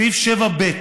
סעיף 7(ב),